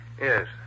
Yes